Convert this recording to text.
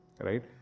right